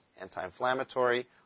anti-inflammatory